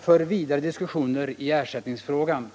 för vidare diskussioner i ersättningsfrågan.